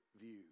view